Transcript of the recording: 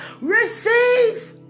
Receive